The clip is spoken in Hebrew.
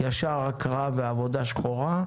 ישר הקראה ועבודה שחורה,